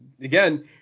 again